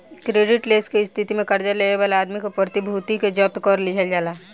credit less के स्थिति में कर्जा लेवे वाला आदमी के प्रतिभूति के जब्त कर लिहल जाला